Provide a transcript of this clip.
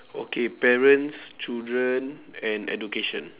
okay parents children and education